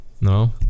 No